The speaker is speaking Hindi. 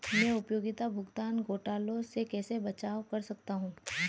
मैं उपयोगिता भुगतान घोटालों से कैसे बचाव कर सकता हूँ?